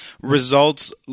results